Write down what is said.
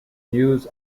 news